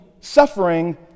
suffering